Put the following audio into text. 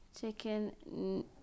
Chicken